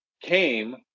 came